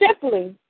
Simply